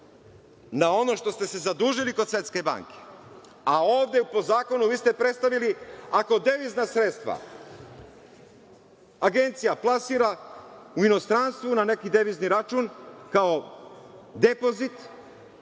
na ono što ste se zadužili kod Svetske banke, a ovde po zakonu vi ste predstavili, ako devizna sredstva agencija plasira u inostranstvu na neki devizni račun, kao depozit,